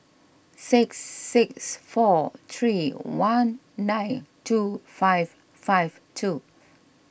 six six four three one nine two five five two